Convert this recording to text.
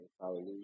Hallelujah